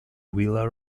villa